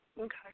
Okay